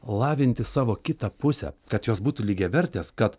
lavinti savo kitą pusę kad jos būtų lygiavertės kad